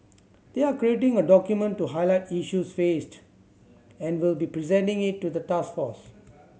they are creating a document to highlight issues faced and will be presenting it to the task force